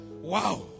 Wow